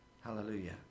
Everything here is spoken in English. Hallelujah